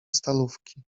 stalówki